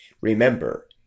Remember